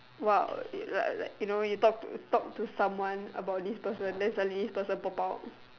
!wow! like like you know you talk to you talk to someone about this person then suddenly this person pop out